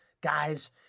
guys